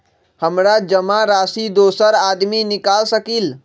हमरा जमा राशि दोसर आदमी निकाल सकील?